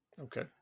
Okay